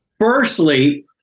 firstly